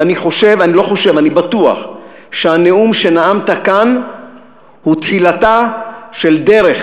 ואני בטוח שהנאום שנאמת כאן הוא תחילתה של דרך,